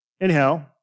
Anyhow